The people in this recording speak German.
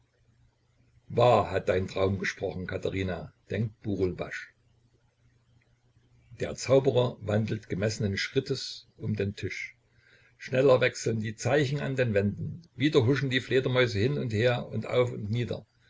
wahr hat dein traum gesprochen katherina denkt burulbasch der zauberer wandelt gemessenen schrittes um den tisch schneller wechseln die zeichen an den wänden wieder huschen die fledermäuse hin und her und auf und nieder